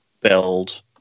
build